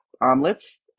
omelets